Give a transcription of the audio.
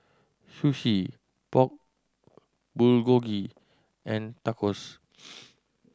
Sushi Pork Bulgogi and Tacos